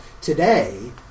today